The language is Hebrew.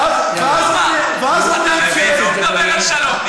ואז, מדבר על שלום.